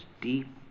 deep